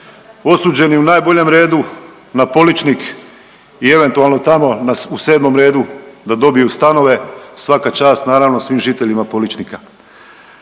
osuđeni, u najboljem redu na Poličknik i eventualno tamo u 7. reda da dobiju stanove, svaka čast naravno, svim žiteljima Poličnika.